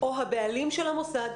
או הבעלים של המוסד,